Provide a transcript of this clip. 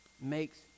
makes